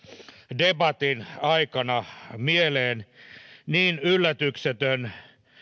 debatin aikana mieleen niin yllätyksetön